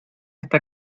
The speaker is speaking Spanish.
esta